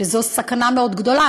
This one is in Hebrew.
שזו סכנה מאוד גדולה.